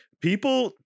people